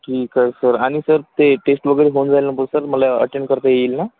ठीक आहे सर आणि सर ते टेस्ट वगैरे होऊन जाईल ना बोल सर मला अटेंड करता येईल ना